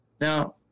Now